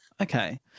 Okay